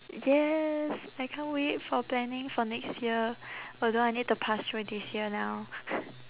yes I can't wait for planning for next year although I need to pass through this year now